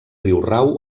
riurau